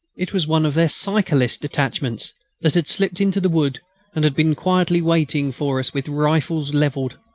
it was one of their cyclist detachments that had slipped into the wood and had been quietly waiting for us with rifles levelled.